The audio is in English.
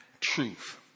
truth